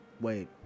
wait